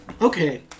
Okay